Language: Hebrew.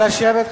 לא לדבר.